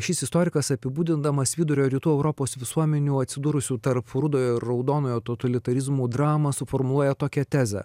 šis istorikas apibūdindamas vidurio rytų europos visuomenių atsidūrusių tarp rudojo raudonojo totalitarizmų dramą suformuoja tokią tezę